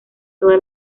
toda